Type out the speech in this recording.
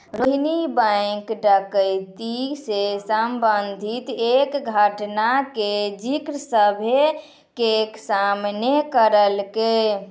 Rohini bank डकैती से संबंधित एक घटना के जिक्र सभ्भे के सामने करलकै